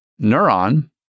neuron